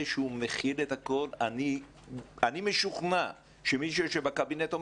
אני משוכנע שמי שיושב בקבינט,